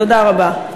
תודה רבה.